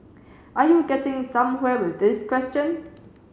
are you getting somewhere with this question